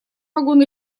вагон